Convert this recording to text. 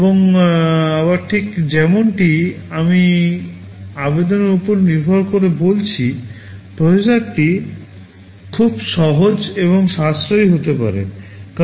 এবং আবার ঠিক যেমনটি আমি আবেদনের উপর নির্ভর করে বলেছি প্রসেসরটি খুব সহজ এবং সাশ্রয়ী হতে পারে